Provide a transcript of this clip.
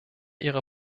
ihrer